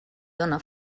dóna